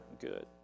good